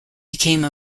became